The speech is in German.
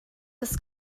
das